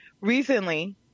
recently